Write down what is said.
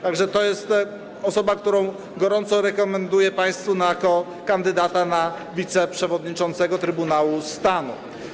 Tak że to jest osoba, którą gorąco rekomenduję państwu jako kandydata na wiceprzewodniczącego Trybunału Stanu.